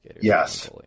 Yes